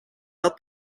dat